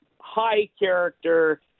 high-character